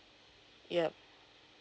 yup